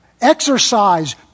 exercise